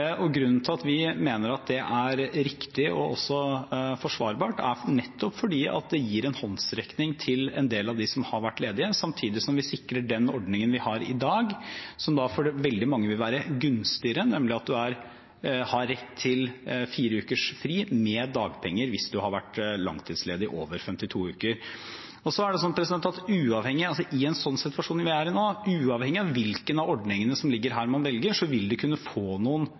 Grunnen til at vi mener det er riktig, og også kan forsvares, er nettopp at det gir en håndsrekning til en del av dem som har vært ledige, samtidig som vi sikrer den ordningen vi har i dag, som for veldig mange vil være gunstigere, nemlig at man har rett til fire ukers fri med dagpenger hvis man har vært langtidsledig i over 52 uker. I den situasjonen vi er i nå, vil det, uavhengig av hvilken man velger av de ordningene som ligger her, få noen utslag. For eksempel er det ikke klart for meg om man med Arbeiderpartiets ordning vil